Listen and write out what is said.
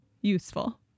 Useful